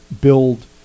build